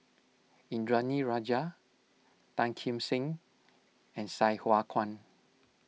Indranee Rajah Tan Kim Seng and Sai Hua Kuan